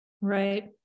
Right